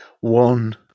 one